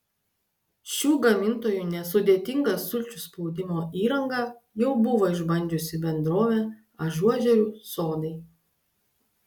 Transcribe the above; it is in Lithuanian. šių gamintojų nesudėtingą sulčių spaudimo įrangą jau buvo išbandžiusi bendrovė ažuožerių sodai